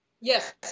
Yes